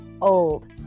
old